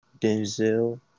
Denzel